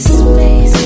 space